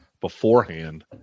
beforehand